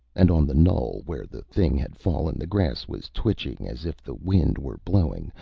and on the knoll where the thing had fallen, the grass was twitching as if the wind were blowing,